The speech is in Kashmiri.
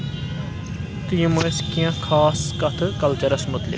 تہٕ یِم ٲسۍ کینٛہہ خاص کتھٕ کَلچرس مُتعلِق